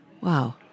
Wow